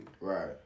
Right